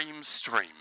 stream